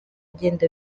agenda